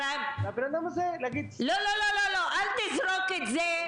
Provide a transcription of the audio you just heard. --- אל תזרוק את זה.